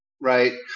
right